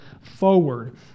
forward